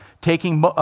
taking